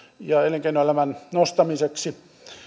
ja elinkeinoelämän nostamiseksi